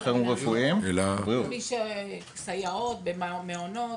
סייעות במעונות.